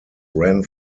ran